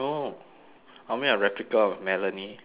I'll make a replica of melanie